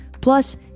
Plus